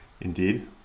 Indeed